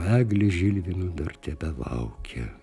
eglė žilvino dar tebelaukia